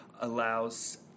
allows